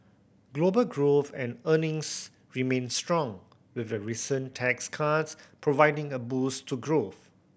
global growth and earnings remain strong with the recent tax cuts providing a boost to growth